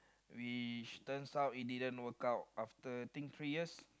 we turns out it didn't work out after I think three years